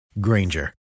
Granger